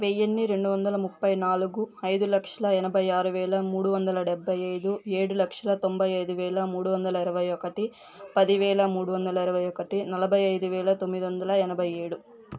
వెయ్యి రెండు వందల ముప్పై నాలుగు ఐదు లక్షల ఎనభై ఆరు వేల మూడు వందల డెబ్భై ఐదు ఏడు లక్షల తొంభై ఐదు వేల మూడు వందల ఇరవై ఒకటి పది వేల మూడు వందల ఇరవై ఒకటి నలభై ఐదు వేల తొమ్మిది వందల ఎనభై ఏడు